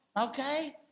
Okay